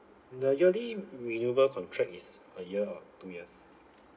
the yearly renewable contract is a year or two years